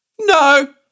No